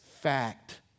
fact